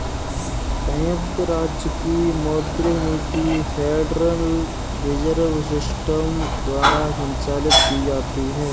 संयुक्त राज्य की मौद्रिक नीति फेडरल रिजर्व सिस्टम द्वारा संचालित की जाती है